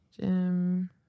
Jim